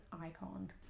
icon